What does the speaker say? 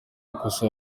ikosa